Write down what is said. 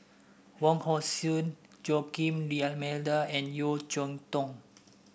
Wong Hong Suen Joaquim D'Almeida and Yeo Cheow Tong